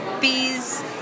bees